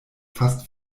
fast